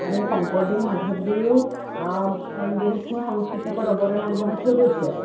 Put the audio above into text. আৰু শংকৰদেৱ মাধৱদেৱেও বহুতখিনি সংস্কৃতিৰ ওপৰত অৱদান আগবঢ়াই থৈ গৈছে